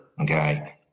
okay